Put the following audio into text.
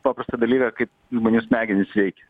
paprastą dalyką kaip žmonių smegenys veikia